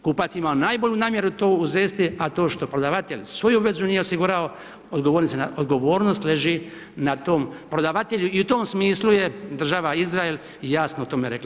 Kupac je imao najbolju namjeru to uzesti, a to što prodavatelj svoju vezu nije osigurao, odgovornost leži na tom prodavatelju i u tom smislu je država Izrael jasno o tome rekla.